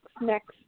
next